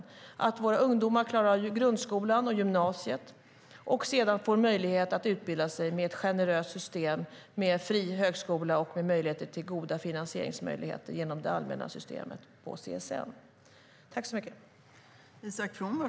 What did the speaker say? Det är viktigt att våra ungdomar klarar av grundskolan och gymnasiet och sedan får möjlighet att utbilda sig med ett generöst system med fri högskola och goda finansieringsmöjligheter genom det allmänna systemet hos CSN.